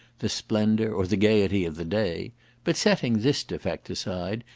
the splendour, or the gaiety of the day but, setting this defect aside,